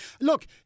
look